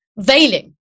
veiling